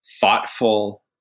thoughtful